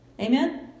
Amen